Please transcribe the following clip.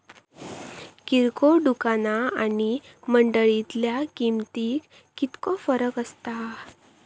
किरकोळ दुकाना आणि मंडळीतल्या किमतीत कितको फरक असता?